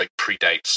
predates